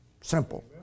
Simple